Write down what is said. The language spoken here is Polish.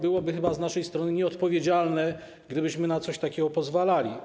Byłoby chyba z naszej strony nieodpowiedzialne, gdybyśmy na coś takiego pozwalali.